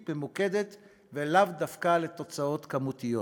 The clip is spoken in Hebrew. ממוקדת ולאו דווקא לתוצאות כמותיות.